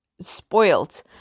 spoiled